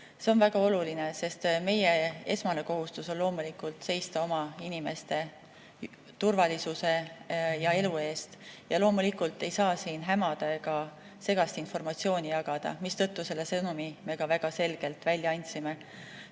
see on väga oluline, sest meie esmane kohustus on loomulikult seista oma inimeste turvalisuse ja elu eest. Ja loomulikult ei saa siin hämada ega segast informatsiooni jagada, mistõttu me selle sõnumi ka väga selgelt välja andsime.